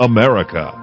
America